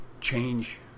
change